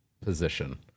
position